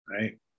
Right